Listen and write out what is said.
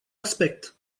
aspect